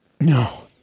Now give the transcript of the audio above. No